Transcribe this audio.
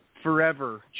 forever